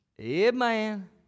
Amen